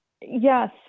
yes